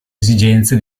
esigenze